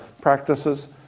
practices